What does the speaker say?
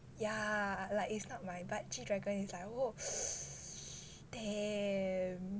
ya like it's not my but g dragon is like !whoa! damn